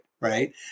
right